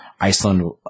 Iceland